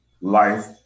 life